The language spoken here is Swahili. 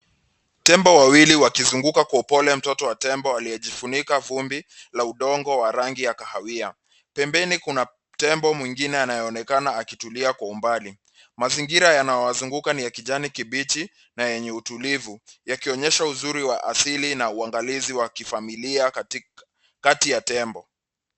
Tembo wawili wakizunguka kwa upole mtoto mdogo wa tembo aliyejifunika vumbi la udongo wa rangi ya kahawia, pembeni kuna tembo mwingine anayeonekana akitulia kwa umbali , mazingira yanayowazunguka ni ya kijani kibichi na yenye utulivu yakionyesha uzuri wa asili na uangalizi wa kifamilia kati ya tembo.